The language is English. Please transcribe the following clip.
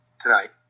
tonight